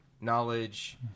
knowledge